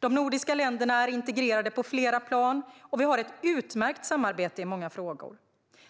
De nordiska länderna är integrerade på flera plan, och vi har ett utmärkt samarbete i många frågor.